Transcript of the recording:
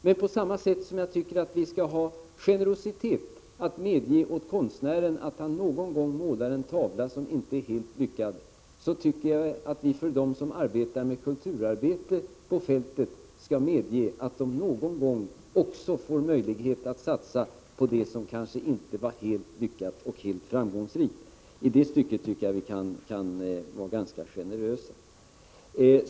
Men på samma sätt som jag tycker att vi skall ha generositeten att medge konstnären att någon gång måla en tavla som inte är helt lyckad, tycker jag att vi skall medge dem som arbetar med kultur på fältet att någon gång också få möjlighet att satsa på det som kanske inte är helt lyckat och helt framgångsrikt. I det stycket tycker jag att vi kan vara ganska generösa.